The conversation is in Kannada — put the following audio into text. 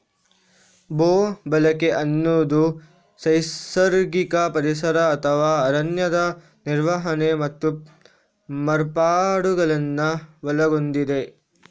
ಭೂ ಬಳಕೆ ಅನ್ನುದು ನೈಸರ್ಗಿಕ ಪರಿಸರ ಅಥವಾ ಅರಣ್ಯದ ನಿರ್ವಹಣೆ ಮತ್ತು ಮಾರ್ಪಾಡುಗಳನ್ನ ಒಳಗೊಂಡಿದೆ